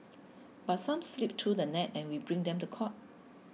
but some slip through the net and we bring them to court